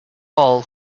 all